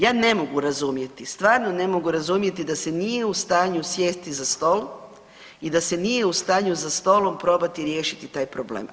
Ja ne mogu razumjeti, stvarno ne mogu razumjeti da se nije u stanju sjesti za stol i da se nije u stanju za stolom probati riješiti taj problem.